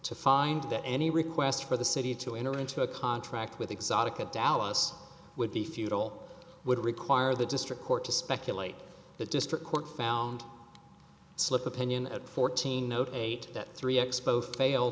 to find that any request for the city to enter into a contract with exotica dallas would be futile would require the district court to speculate the district court found slip opinion at fourteen no eight that three x both fail